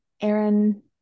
aaron